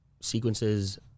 sequences